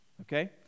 Okay